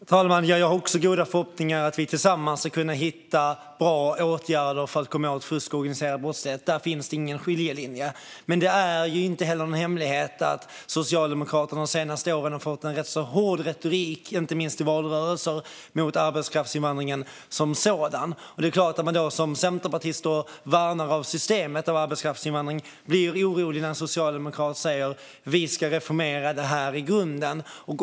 Fru talman! Jag har också goda förhoppningar om att vi tillsammans ska kunna hitta bra åtgärder för att komma åt fusk och organiserad brottslighet. Där finns det ingen skiljelinje. Det är heller ingen hemlighet att Socialdemokraterna de senaste åren har fört en rätt så hård retorik, inte minst i valrörelser, mot arbetskraftsinvandringen som sådan. Som centerpartist och värnare av systemet för arbetskraftsinvandring är det klart att man blir orolig när Socialdemokraterna säger: Vi ska reformera det i grunden.